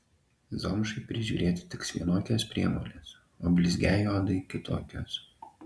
zomšai prižiūrėti tiks vienokios priemonės o blizgiai odai kitokios